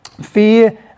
Fear